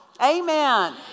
amen